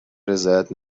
رضایت